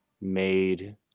made